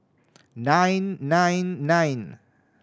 nine nine nine